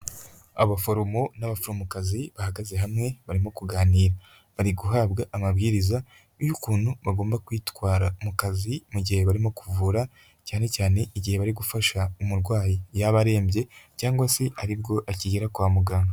Abaforomo n'abaforomokazi bahagaze hamwe, barimo kuganira. Bari guhabwa amabwiriza y'ukuntu bagomba kwitwara mu kazi mu gihe barimo kuvura, cyane cyane igihe bari gufasha umurwayi, yaba arembye cyangwa se aribwo akigera kwa muganga.